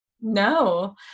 No